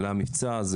למבצע הבא.